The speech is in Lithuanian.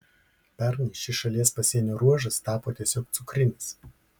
pernai šis šalies pasienio ruožas tapo tiesiog cukrinis